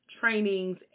trainings